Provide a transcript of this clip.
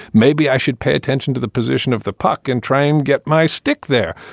maybe i should pay attention to the position of the puck and try and get my stick there.